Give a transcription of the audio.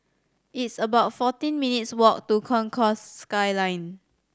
it's about fourteen minutes' walk to Concourse Skyline